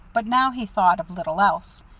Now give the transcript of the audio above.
but now he thought of little else,